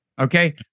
Okay